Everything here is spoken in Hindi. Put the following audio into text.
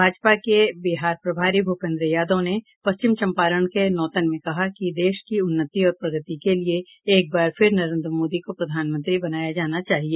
भाजपा के बिहार प्रभारी भूपेन्द्र यादव ने पश्चिम चम्पारण के नौतन में कहा कि देश की उन्नति और प्रगति के लिए एक बार फिर नरेन्द्र मोदी को प्रधानमंत्री बनाया जाना चाहिए